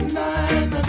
nine